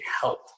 help